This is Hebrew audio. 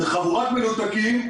זה חבורת מנותקים,